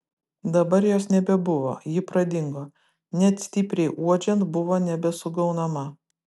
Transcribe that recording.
dabar jos nebebuvo ji pradingo net stipriai uodžiant buvo nebesugaunama